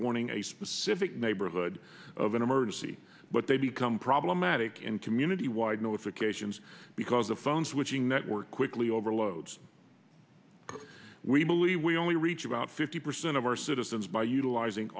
warning a specific neighborhood of an emergency but they become problematic and community wide notifications because the phone switching network quickly overloads we believe we only reach about fifty percent of our citizens by utilizing